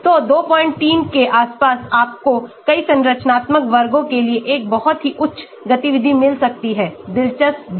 तो 23 के आसपास आपको कई संरचनात्मक वर्गों के लिए एक बहुत ही उच्च गतिविधि मिल सकती है दिलचस्प भी